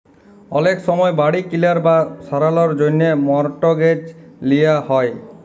অলেক সময় বাড়ি কিলার বা সারালর জ্যনহে মর্টগেজ লিয়া হ্যয়